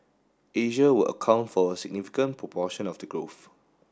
Asia will account for a significant proportion of the growth